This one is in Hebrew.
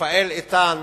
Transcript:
רפאל איתן